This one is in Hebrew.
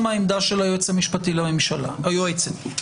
היועצת המשפטית לממשלה.